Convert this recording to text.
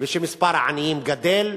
ושמספר העניים גדֵל,